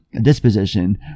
disposition